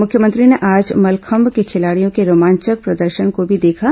मुख्यमंत्री ने आज मलखंभ के खिलाड़ियों के रोमांचक प्रदर्शन को भी देखा